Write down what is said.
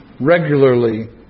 regularly